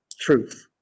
truth